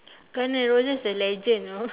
guns and roses is a legend know